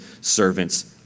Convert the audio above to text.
servants